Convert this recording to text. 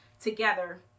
Together